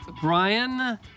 Brian